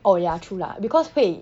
oh ya true lah because 会